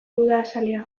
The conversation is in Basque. udazalea